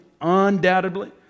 undoubtedly